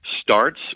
starts